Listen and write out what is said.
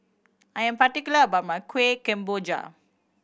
I am particular about my Kuih Kemboja